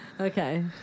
Okay